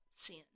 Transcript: sin